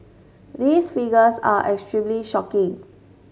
these figures are extremely shocking